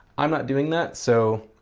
i'm not doing that, so